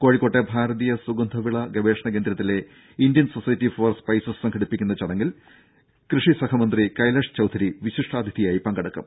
കോഴിക്കോട്ടെ ഭാരതീയ സുഗന്ധവിള ഗവേഷണ കേന്ദ്രത്തിലെ ഇന്ത്യൻ സൊസൈറ്റി ഫോർ സ്പൈസസ് സംഘടിപ്പിക്കുന്ന ചടങ്ങിൽ കൃഷി സഹമന്ത്രി കൈലാഷ് ചൌധരി വിശിഷ്ഠാതിഥിയായി പങ്കെടുക്കും